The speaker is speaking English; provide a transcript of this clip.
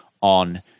on